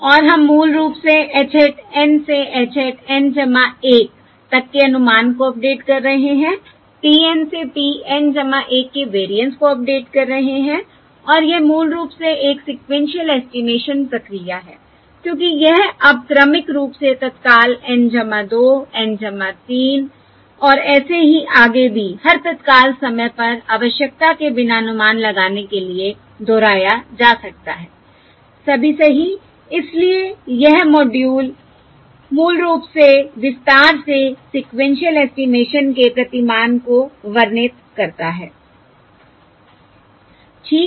और हम मूल रूप से h hat N से h hat N 1 तक के अनुमान को अपडेट कर रहे हैं p N से p N 1 के वेरिएंस को अपडेट कर रहे हैं और यह मूल रूप से एक सीक्वेन्शिअल एस्टिमेशन प्रक्रिया है क्योंकि यह अब क्रमिक रूप से तत्काल N 2 N 3 औ ऐसे ही आगे भी हर तत्काल समय पर आवश्यकता के बिना अनुमान लगाने के लिए दोहराया जा सकता है सभी सही इसलिए यह मॉड्यूल मूल रूप से विस्तार से सीक्वेन्शिअल एस्टिमेशन के प्रतिमान को वर्णित करता है ठीक